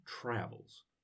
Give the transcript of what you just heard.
travels